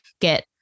get